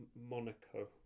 Monaco